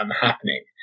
happening